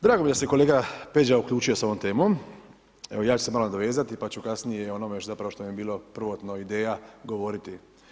Drago mi je da se kolega Peđa uključio s ovom temom, ja ću se malo nadovezati, pa ću i kasnije o onome što mi je bilo prvotno ideja govoriti.